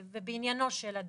ובעניינו של אדם.